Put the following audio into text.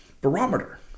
barometer